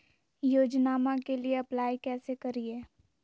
योजनामा के लिए अप्लाई कैसे करिए?